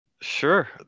Sure